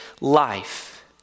life